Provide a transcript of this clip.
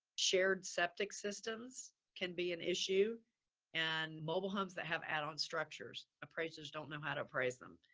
shared septic systems can be an issue and mobile homes that have add on structures, appraisers don't know how to appraise them.